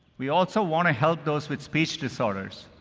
we also want to help those with speech disorders,